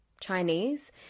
Chinese